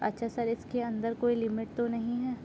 اچھا سر اس کے اندر کوئی لیمٹ تو نہیں ہے